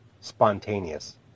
spontaneous